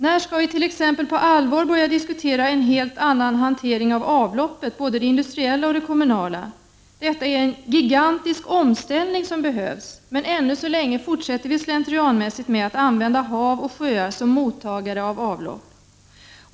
När skall vi t.ex. på allvar börja diskutera en helt annan hantering av avloppet, både det industriella och det kommunala? Det är en gigantisk omställning som behövs, men ännu så länge fortsätter vi slentrianmässigt att använda hav och sjöar som mottagare av avlopp.